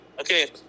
Okay